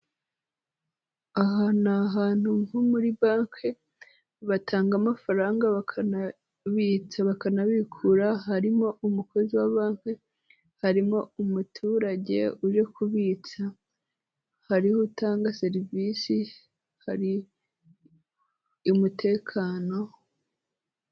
Aha ni ahantu ho muri banke, batanga amafaranga, bakanabitsa, bakanabikura, harimo umukozi wa banke, harimo umuturage uri kubitsa, hari utanga serivisi, hari umutekano.